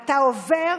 אתה עובר